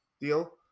deal